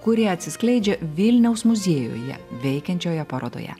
kurie atsiskleidžia vilniaus muziejuje veikiančioje parodoje